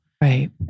Right